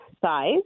size